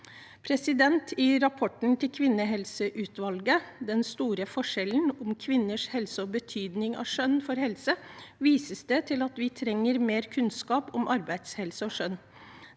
yrkesskade. I rapporten til kvinnehelseutvalget, «Den store forskjellen: Om kvinners helse og betydning av kjønn for helse», vises det til at vi trenger mer kunnskap om arbeidshelse og kjønn.